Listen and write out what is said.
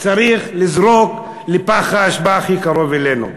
צריך לזרוק לפח האשפה הכי קרוב אלינו.